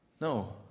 No